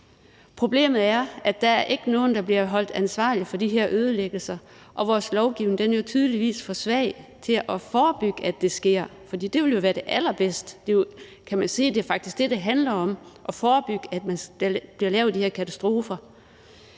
Problemet er, at der ikke er nogen, der bliver holdt ansvarlige for de her ødelæggelser, og vores lovgivning er jo tydeligvis for svag til at forebygge, at det sker, for det ville jo være det allerbedste. Man kan sige, at det faktisk er det, det handler om, altså at forebygge, at der bliver lavet de her katastrofer.